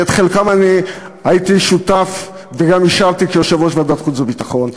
ולחלקם אני הייתי שותף וגם אישרתי כיושב-ראש ועדת חוץ וביטחון,